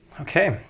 Okay